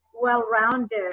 well-rounded